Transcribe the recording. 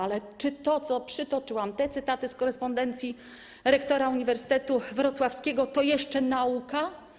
Ale czy to, co przytoczyłam, te cytaty z korespondencji rektora Uniwersytetu Wrocławskiego to jeszcze nauka?